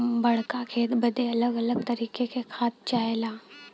बड़्का खेत बदे अलग अलग तरीके का खाद चाहला